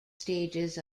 stages